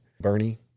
Bernie